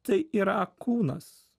tai yra kūnas